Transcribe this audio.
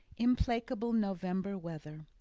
implacable november weather.